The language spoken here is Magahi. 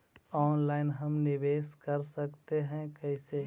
ऑनलाइन हम निवेश कर सकते है, कैसे?